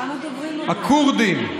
הכורדים,